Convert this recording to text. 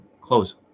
close